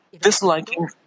disliking